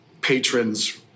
patrons